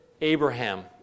Abraham